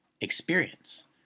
Experience